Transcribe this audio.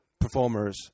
performers